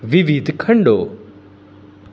વિવિધ ખંડો